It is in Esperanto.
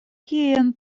kien